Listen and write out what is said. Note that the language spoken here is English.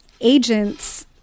agents